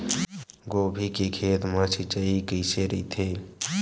गोभी के खेत मा सिंचाई कइसे रहिथे?